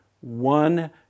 one